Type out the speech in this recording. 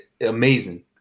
Amazing